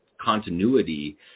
continuity